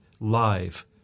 live